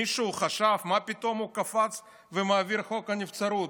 מישהו חשב מה פתאום הוא קפץ ומעביר את חוק הנבצרות?